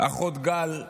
האחות גל,